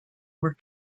were